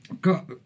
got